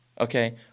okay